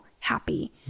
happy